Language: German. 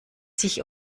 sich